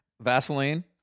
Vaseline